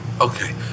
Okay